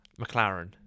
McLaren